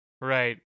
Right